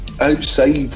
outside